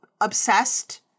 Obsessed